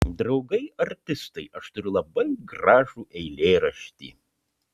draugai artistai aš turiu labai gražų eilėraštį